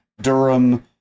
Durham